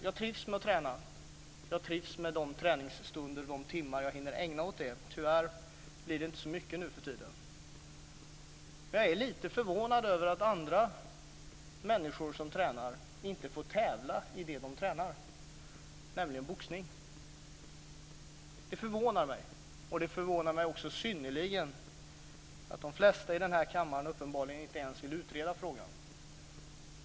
Jag trivs med att träna, och jag trivs med de stunder som jag hinner att ägna åt träning. Tyvärr blir det inte så mycket nuförtiden. Jag är lite förvånad över att andra människor inte får tävla i det som de tränar, nämligen i boxning. Det förvånar mig, och det förvånar mig synnerligen att de flesta i denna kammare inte ens vill utreda frågan.